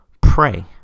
pray